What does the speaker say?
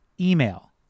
email